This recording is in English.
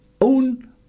own